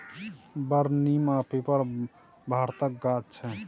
बर, नीम आ पीपर भारतक गाछ छै